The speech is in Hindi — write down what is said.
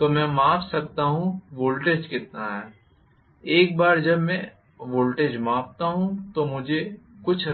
तो मैं माप सकता हूं वोल्टेज कितना है एक बार जब मैं वोल्टेज मापता हूं तो मुझे